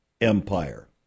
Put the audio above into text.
empire